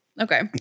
Okay